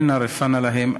אל נא רפא נא להם.